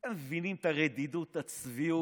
אתם מבינים את הרדידות, את הצביעות?